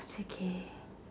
it's okay